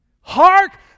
Hark